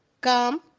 come